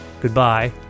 Goodbye